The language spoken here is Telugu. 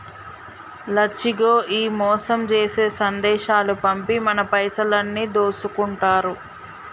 లచ్చిగో ఈ మోసం జేసే సందేశాలు పంపి మన పైసలన్నీ దోసుకుంటారు